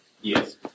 Yes